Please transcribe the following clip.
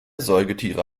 säugetiere